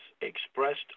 expressed